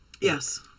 Yes